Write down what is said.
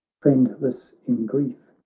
friendless in grief,